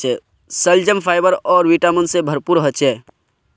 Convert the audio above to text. शलजम फाइबर आर विटामिन से भरपूर ह छे